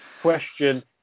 Question